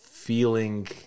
Feeling